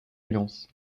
alliance